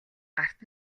гарт